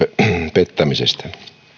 pettämisestä